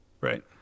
Right